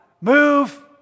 Move